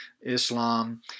Islam